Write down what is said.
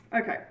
Okay